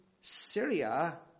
Syria